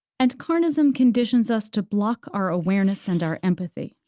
and, carnism conditions us to block our awareness and our empathy,